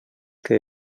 que